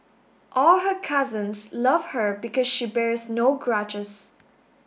all her cousins love her because she bears no grudges